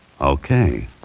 Okay